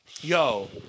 Yo